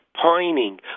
pining